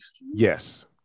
Yes